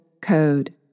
code